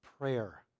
prayer